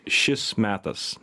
šis metas